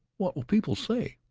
what will people say?